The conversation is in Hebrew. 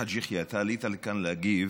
חאג' יחיא, אתה עלית לכאן להגיב.